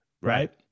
right